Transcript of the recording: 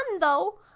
though